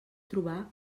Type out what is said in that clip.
trobar